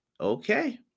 Okay